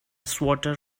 swatter